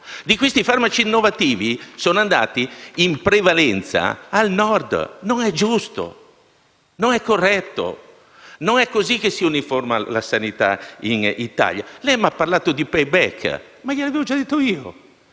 Questi farmaci innovativi sono andati in prevalenza al Nord. Non è giusto e non è corretto. Non è così che si uniforma la sanità in Italia. Lei ha parlato di *pay back*. Ma lo avevo già detto io